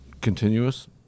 continuous